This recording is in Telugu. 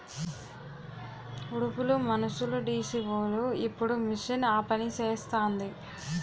ఉడుపులు మనుసులుడీసీవోలు ఇప్పుడు మిషన్ ఆపనిసేస్తాంది